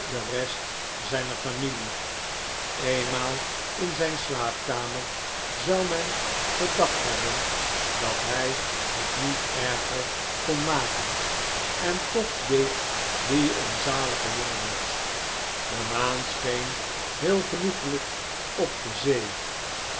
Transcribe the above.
de rest zijner familie eenmaal in zijn slaapkamer zou men gedacht hebben dat hij het niet erger kon maken en toch deed die onzalige jongen het de maan scheen heel genoegelijk op de zee